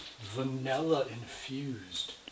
vanilla-infused